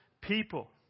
people